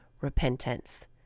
repentance